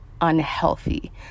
unhealthy